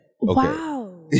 Wow